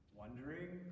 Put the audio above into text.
wondering